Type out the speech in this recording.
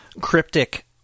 cryptic